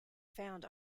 found